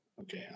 okay